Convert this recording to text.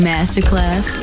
Masterclass